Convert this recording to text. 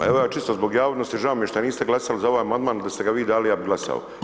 Pa evo ja čisto zbog javnosti, žao mi je što niste glasali za ovaj amandman, da ste ga vi dali ja bih glasao.